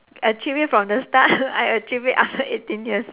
achieve it from the start I achieve it after eighteen years